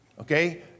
Okay